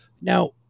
Now